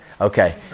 Okay